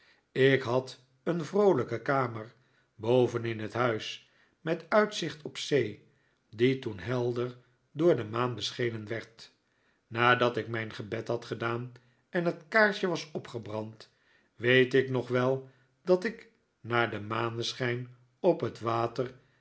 ik had een vroolijke kamer boven in het huis met uitzicht op de zee die toen helder door de maan beschenen werd nadat ik mijn gebed had gedaan en het kaarsje was opgebrand weet ik nog wel dat ik naar den maneschijn op het water